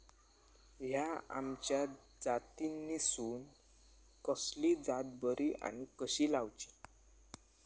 हया आम्याच्या जातीनिसून कसली जात बरी आनी कशी लाऊची?